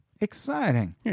Exciting